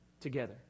together